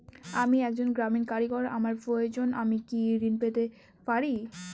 আমি একজন গ্রামীণ কারিগর আমার প্রয়োজনৃ আমি কি ঋণ পেতে পারি?